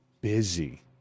busy